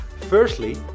Firstly